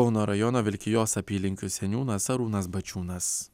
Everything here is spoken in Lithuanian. kauno rajono vilkijos apylinkių seniūnas arūnas bačiūnas